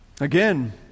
Again